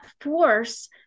force